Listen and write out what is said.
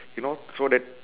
you know so that